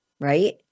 right